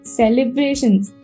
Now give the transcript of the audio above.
celebrations